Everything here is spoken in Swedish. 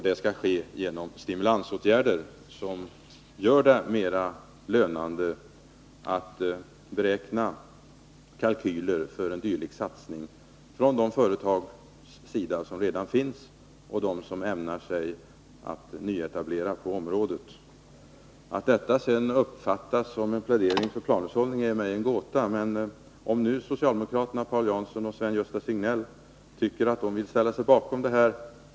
Detta skall ske genom stimulansåtgärder som gör det mera lönande för de företag som redan finns och för dem som ämnar nyetablera på området att beräkna kalkyler för en dylik satsning. Att det här uppfattas som en plädering för planhushållning är mig en gåta, men det är positivt om nu socialdemokraterna Paul Jansson och Sven-Gösta Signell tycker att de vill ställa sig bakom detta.